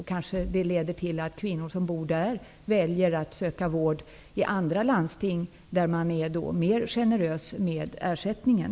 Det kan t.ex. leda till att kvinnor som bor i sådana landsting väljer att söka vård i andra landsting där man är mer generös med ersättningen.